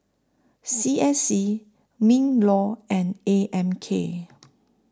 C S C MINLAW and A M K